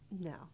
No